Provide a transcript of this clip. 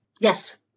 Yes